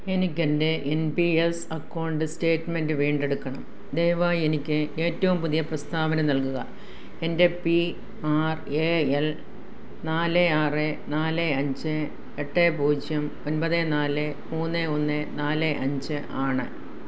എനിക്കെന്റെ N P S account statement വീണ്ടെടുക്കണം ദയവായി എനിക്ക് ഏറ്റവും പുതിയ പ്രസ്താവന നൽകുക എന്റെ പീ ആർ ഏ എൽ നാല് ആറ് നാല് അഞ്ച് എട്ട് പൂജ്യം ഒൻപത് നാല് മൂന്ന് ഒന്ന് നാല് അഞ്ച് ആണ്